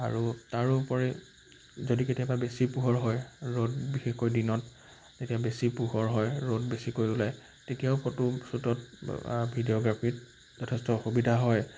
আৰু তাৰোপৰি যদি কেতিয়াবা বেছি পোহৰ হয় ৰ'দ বিশেষকৈ দিনত তেতিয়া বেছি পোহৰ হয় ৰ'দ বেছিকৈ ওলায় তেতিয়াও ফটো শ্বুটত ভিডিঅ'গ্ৰাফিত যথেষ্ট অসুবিধা হয়